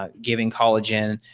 ah giving collagen,